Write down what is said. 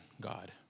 God